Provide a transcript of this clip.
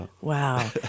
wow